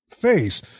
Face